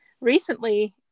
recently